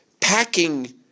packing